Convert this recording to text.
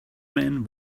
man